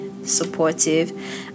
Supportive